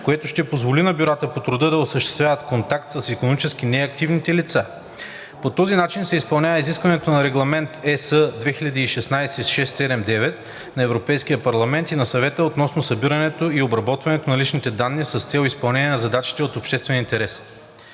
което ще позволи на бюрата по труда да осъществяват контакт с икономически неактивните лица. По този начин се изпълнява изискването на Регламент (ЕС) 2016/679 на Европейския парламент и на Съвета относно събирането и обработването на личните данни с цел изпълнение на задачи от обществен интерес.